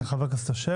בבקשה.